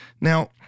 Now